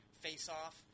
face-off